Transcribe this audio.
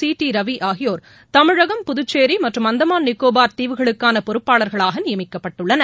சிடிட ரவி ஆகியோர் தமிழகம் புதச்சேரி மற்றும் அந்தமான் நிகோபார் தீவுகளுக்கான பொறுப்பாளர்களாக நியமிக்கப்பட்டுள்ளனர்